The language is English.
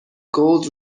gold